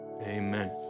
Amen